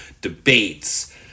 debates